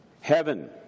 heaven